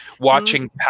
watching